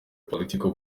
political